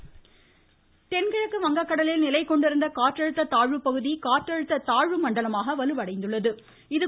வானிலை தென்கிழக்கு வங்கக்கடலில் நிலைகொண்டிருந்த காற்றழுத்த தாழ்வுப்பகுதி காற்றழுத்த தாழ்வு மண்டலமாக வலுவடைந்துள்ளது